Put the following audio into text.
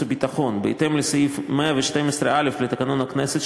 וביטחון: בהתאם לסעיף 112(א) לתקנון הכנסת,